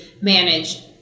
manage